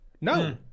No